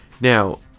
Now